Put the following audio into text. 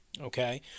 okay